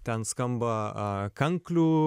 ten skamba kanklių